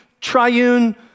triune